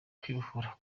kwibohora